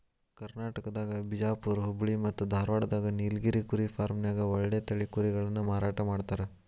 ಕರ್ನಾಟಕದಾಗ ಬಿಜಾಪುರ್ ಹುಬ್ಬಳ್ಳಿ ಮತ್ತ್ ಧಾರಾವಾಡದಾಗ ನೇಲಗಿರಿ ಕುರಿ ಫಾರ್ಮ್ನ್ಯಾಗ ಒಳ್ಳೆ ತಳಿ ಕುರಿಗಳನ್ನ ಮಾರಾಟ ಮಾಡ್ತಾರ